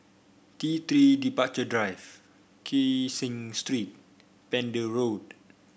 T Three Departure Drive Kee Seng Street Pender Road